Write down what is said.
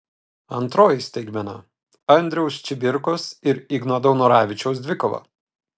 antroji staigmena andriaus čibirkos ir igno daunoravičiaus dvikova